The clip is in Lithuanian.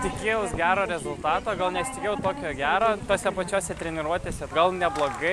tikėjaus gero rezultato nesitikėjau tokio gero tose pačiose treniruotėse gal neblogai